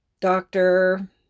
doctor